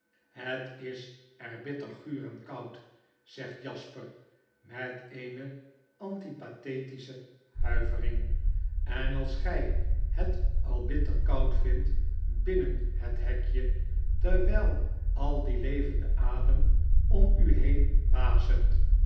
het is er bitter guur en koud zegt jasper met eene antipathetische huivering en als gij het al bitter koud vindt binnen het hekje terwijl al die levende adem om u heen wasemt